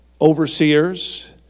overseers